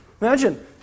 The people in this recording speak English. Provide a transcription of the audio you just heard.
Imagine